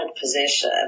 position